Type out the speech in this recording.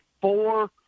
four